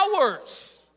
hours